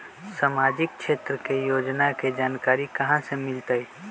सामाजिक क्षेत्र के योजना के जानकारी कहाँ से मिलतै?